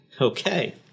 Okay